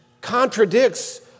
contradicts